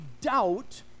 doubt